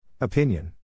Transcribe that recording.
Opinion